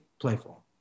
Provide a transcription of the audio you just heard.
playful